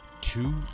two